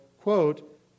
quote